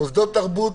מוסדות תרבות,